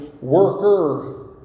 worker